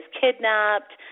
kidnapped